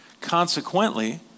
Consequently